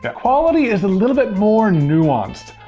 quality is a little bit more nuanced.